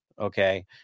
okay